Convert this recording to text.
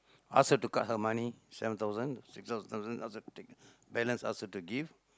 ask her to cut her money seven thousand six uh thousand uh take balance ask her to give